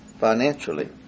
financially